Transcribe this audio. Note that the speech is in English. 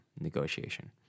negotiation